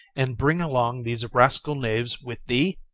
and bring along these rascal knaves with thee?